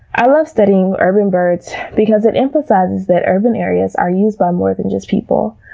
i love studying urban birds because it emphasizes that urban areas are used by more than just people,